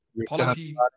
Apologies